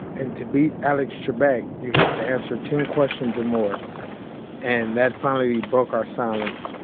and to beat alex trebek you have to answer ten questions or more and that finally broke our silence,